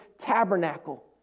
tabernacle